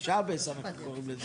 שבס אנחנו קוראים לזה.